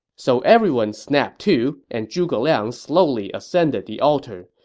so everyone snapped to, and zhuge liang slowly ascended the altar.